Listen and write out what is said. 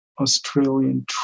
Australian